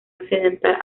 occidental